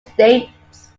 states